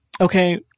Okay